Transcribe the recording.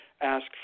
ask